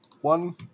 one